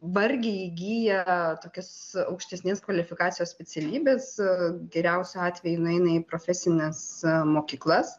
vargiai įgyja tokias aukštesnės kvalifikacijos specialybes ir geriausiu atveju nueina į profesines mokyklas